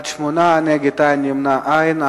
בעד, 8, נגד, אין, נמנעים, אין.